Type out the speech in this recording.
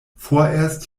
vorerst